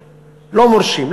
מורשים,